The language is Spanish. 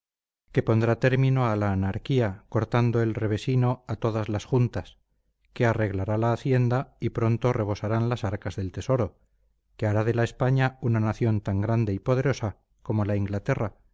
que pondrá término a la anarquía cortando el revesino a todas las juntas que arreglará la hacienda y pronto rebosarán las arcas del tesoro que hará de la españa una nación tan grande y poderosa como la inglaterra